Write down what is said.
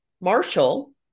Marshall